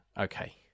okay